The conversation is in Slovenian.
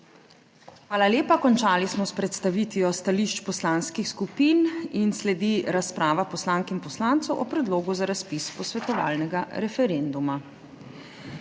Hvala. Končali smo s predstavitvijo stališč poslanskih skupin, sledi razprava poslank in poslancev o Predlogu za razpis posvetovalnega referenduma.